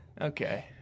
Okay